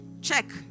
Check